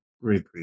Great